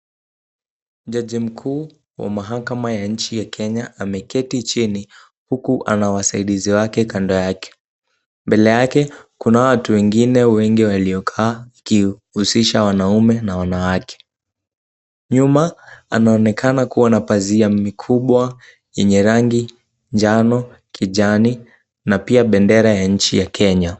Jaji mkuu wa mahakama ya nchi ya Kenya ameketi chini, huku ana wasaidizi wake kando yake, mbele yake kunao watu wengine wengi waliokaa wakihusisha wanaume na wanawake, nyuma anaonekana kuwa na pazia mikubwa yenye rangi njano, kijani na pia bendera ya nchi ya Kenya.